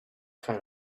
kind